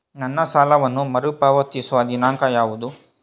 ನನ್ನ ಸಾಲವನ್ನು ಪಾವತಿಸುವ ದಿನಾಂಕ ಯಾವುದು?